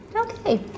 okay